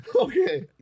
okay